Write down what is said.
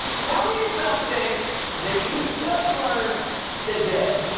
tell me something that you just learned today.